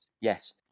yes